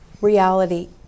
reality